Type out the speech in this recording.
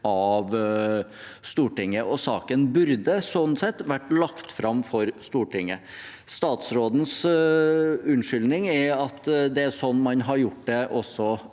av Stortinget, og saken burde sånn sett vært lagt fram for Stortinget. Statsrådens unnskyldning er at det er sånn man har gjort det også